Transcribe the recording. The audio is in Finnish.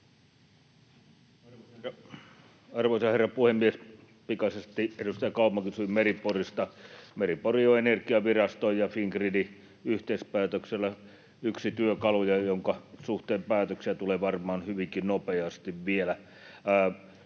Arvoisa herra puhemies! Pikaisesti: Edustaja Kauma kysyi Meri-Porista: Meri-Pori on Energiaviraston ja Fingridin yhteispäätöksellä yksi työkalu, ja sen suhteen päätöksiä tulee varmaan hyvinkin nopeasti vielä.